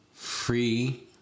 free